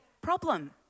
Problem